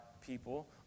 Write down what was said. people